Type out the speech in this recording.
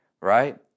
right